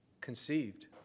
conceived